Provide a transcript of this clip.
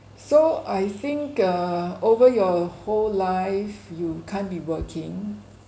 so I think uh over your whole life you can't be working